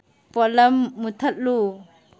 ꯄꯣꯠꯂꯝ ꯃꯨꯊꯠꯂꯨ